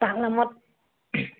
পাল নামত